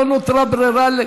לא נותרה ברירה.